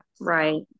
right